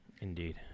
Indeed